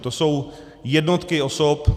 To jsou jednotky osob.